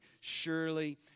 surely